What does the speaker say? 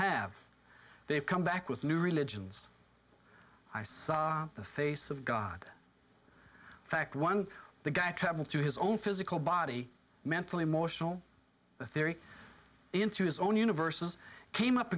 have they've come back with new religions i see the face of god fact one the guy travels through his own physical body mental emotional theory into his own universes came up